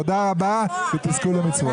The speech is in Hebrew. תודה רבה, תזכו למצוות.